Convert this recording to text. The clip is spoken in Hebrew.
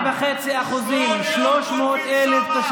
2.5% ל-300,000.